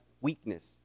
weakness